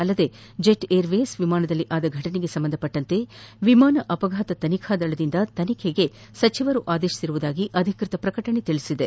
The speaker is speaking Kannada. ಅಲ್ಲದೆ ಜೆಟ್ ಏರ್ವೇಸ್ ವಿಮಾನದಲ್ಲಿ ಆದ ಘಟನೆಗೆ ಸಂಬಂಧಿಸಿದಂತೆ ವಿಮಾನ ಅಪಘಾತ ತನಿಖಾ ದಳದಿಂದ ತನಿಖೆಗೆ ಸಚಿವರು ಆದೇಶಿಸಿದ್ದಾರೆ ಎಂದು ಅಧಿಕೃತ ಪ್ರಕಟಣೆ ತಿಳಿಸಿದೆ